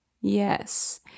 Yes